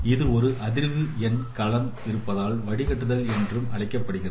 இது ஒரு அதிர்வு எண் களம் இருப்பதால் வடிகட்டுதல் என்றும் அழைக்கப்படுகின்றன